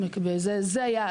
זה היעד.